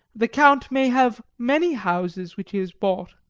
the count may have many houses which he has bought.